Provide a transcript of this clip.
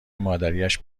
مادریاش